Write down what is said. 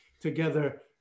together